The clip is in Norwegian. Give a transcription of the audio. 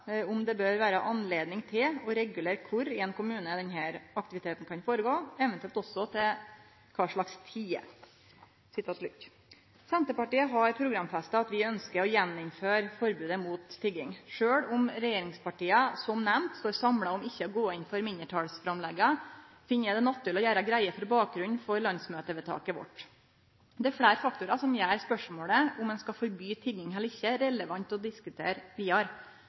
om regjeringspartia som nemnt står samla om ikkje å gå inn for mindretalsframlegga, finn eg det naturleg å gjere greie for bakgrunnen for landsmøtevedtaket vårt. Det er fleire faktorar som gjer spørsmålet om ein skal forby tigging eller ikkje, relevant å diskutere vidare.